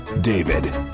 David